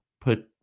put